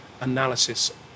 analysis